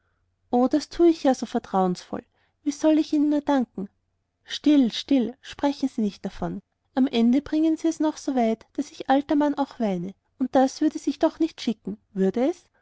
o das tu ich ja so vertrauensvoll wie soll ich ihnen nur danken still still sprechen sie nicht davon am ende bringen sie es noch so weit daß ich alter mann auch weine und das würde sich doch nicht schicken würde es